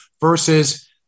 versus